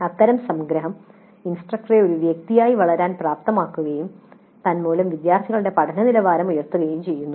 അത്തരം സംഗ്രഹം ഇൻസ്ട്രക്ടറെ ഒരു വ്യക്തിയായി വളരാൻ പ്രാപ്തമാക്കുകയും തന്മൂലം വിദ്യാർത്ഥികളുടെ പഠന നിലവാരം ഉയർത്തുകയും ചെയ്യുന്നു